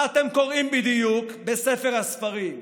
מה אתם קוראים בדיוק בספר הספרים?